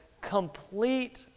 complete